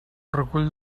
recull